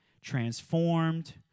transformed